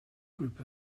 group